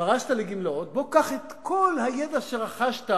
פרשת לגמלאות, בוא קח את כל הידע שרכשת,